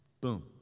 boom